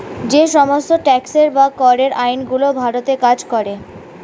যে সমস্ত ট্যাক্সের বা করের আইন গুলো ভারতে কাজ করে